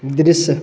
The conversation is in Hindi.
दृश्य